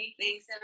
Thanks